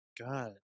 God